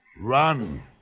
run